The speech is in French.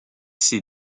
ces